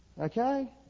okay